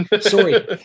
Sorry